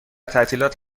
تعطیلات